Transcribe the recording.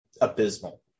abysmal